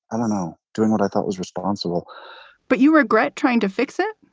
i don't know, doing what i thought was responsible but you regret trying to fix it?